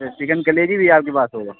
तो चिकन कलेजी भी आपके पास होगी